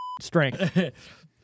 strength